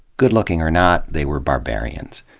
good looking or not, they were barbarians.